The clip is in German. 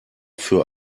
für